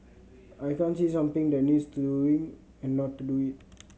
I can't see something that needs doing and not do it